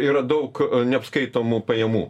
yra daug neapskaitomų pajamų